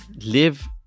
live